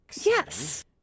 Yes